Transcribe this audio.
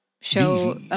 show